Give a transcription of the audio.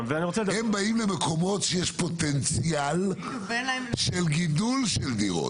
הם באים במקומות שיש פוטנציאל של גידול של דירות.